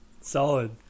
Solid